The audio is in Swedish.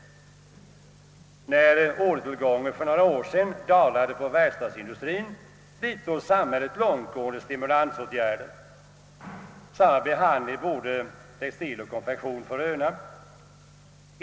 När ordertillgången för några år sedan dalade för verkstadsindustrien vidtog samhället långtgående stimulansåtgär der. Samma behandling borde textil och konfektion få röna.